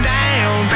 down